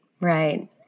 Right